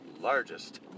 largest